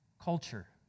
culture